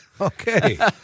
Okay